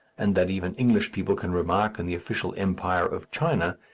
and that even english people can remark in the official empire of china,